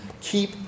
keep